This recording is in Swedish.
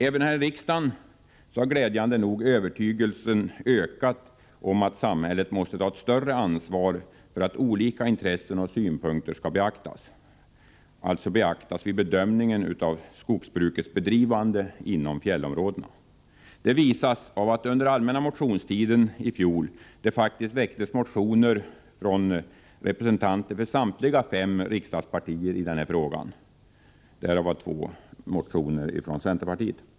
Även här i riksdagen har glädjande nog övertygelsen ökat om att samhället måste ta ett större ansvar för att olika intressen och synpunkter skall beaktas vid bedömningen av skogsbrukets bedrivande inom fjällområdena. Det visas av att det under allmänna motionstiden i fjol faktiskt väcktes motioner av representanter för samtliga fem riksdagspartier i denna fråga, därav två motioner från centerpartiet.